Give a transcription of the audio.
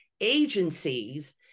agencies